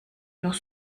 noch